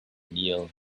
kneel